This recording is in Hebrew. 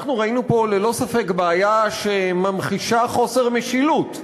אנחנו ראינו פה ללא ספק בעיה שממחישה חוסר משילות: